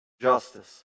justice